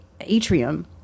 atrium